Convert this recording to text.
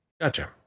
gotcha